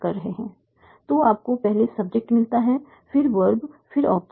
तो आपको पहले सब्जेक्ट मिलता है फिर वर्ब फिर ऑब्जेक्ट